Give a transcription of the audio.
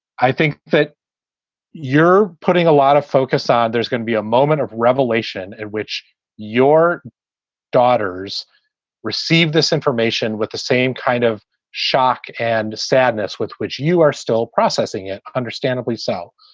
i think that you're putting a lot of focus on there's going to be a moment of revelation in which your daughters received this information with the same kind of shock and sadness with which you are still processing it. understandably so.